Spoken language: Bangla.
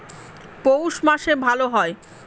পৌষ মাসে ভালো হয়?